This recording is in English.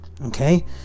Okay